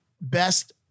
Best